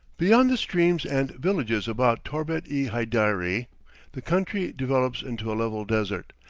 beyond the streams and villages about torbet-i-haiderie, the country develops into a level desert,